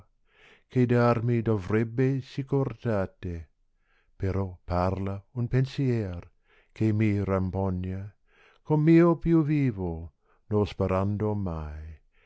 che dar mi dovrebbe sicurtate però parla un pensier che mi rampogna com io più vivo no sperando mai